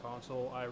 console